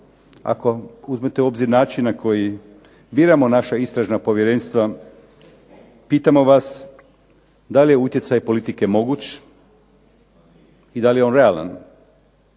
ako uzmete u obzir način na koji biramo naša Istražna povjerenstva pitamo vas da li je utjecaj politike moguć i da li je on realan?